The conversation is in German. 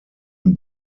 den